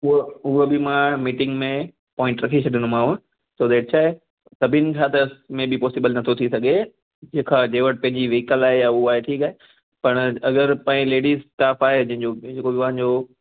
उहो उहो बि मां मीटिंग में पॉईंट रखी छॾींदोमाव छो त छा आहे सभिनि खां त मे बी पॉसीबल नथो थी सघे जंहिंखां जे वटि पंहिंजी वीकल आहे या हू आहे ठीकु आहे पाण अगरि पेईं लेडीस स्टाफ़ आहे जंहिंजो उध्वान जो